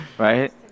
Right